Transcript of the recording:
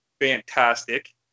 fantastic